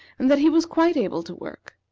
and that he was quite able to work.